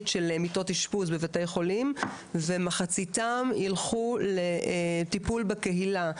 של מיטות אשפוז בבתי חולים ומחציתם ילכו לטיפול בקהילה,